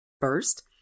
First